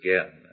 again